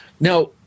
Now